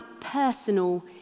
personal